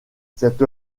cette